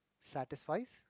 satisfies